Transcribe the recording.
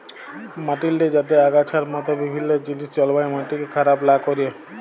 মাটিল্লে যাতে আগাছার মত বিভিল্ল্য জিলিস জল্মায় মাটিকে খারাপ লা ক্যরে